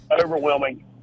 overwhelming